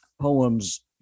poems